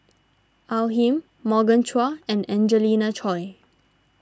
Al Lim Morgan Chua and Angelina Choy